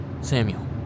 Samuel